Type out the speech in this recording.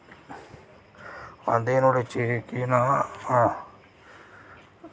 आंदे नुहाड़े च केह् नांऽ